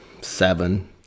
seven